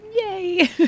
Yay